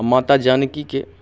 आओर माता जानकीके